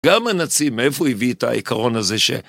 גם הנציב, מאיפה הביא את העקרון הזה ש...